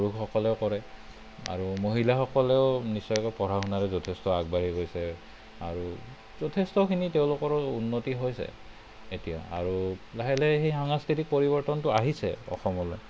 পুৰুষসকলেও কৰে আৰু মহিলাসকলেও নিশ্চয়কৈ পঢ়া শুনাৰে যথেষ্ট আগবাঢ়ি গৈছে আৰু যথেষ্টখিনি তেওঁলোকৰ উন্নতি হৈছে এতিয়া আৰু লাহে লাহে সেই সাংস্কৃতিক পৰিৱৰ্তনটো আহিছে অসমলৈ